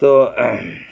ᱛᱳ